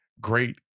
Great